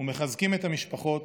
מחזקים את המשפחות